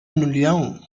اليوم